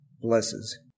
blesses